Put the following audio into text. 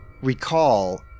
recall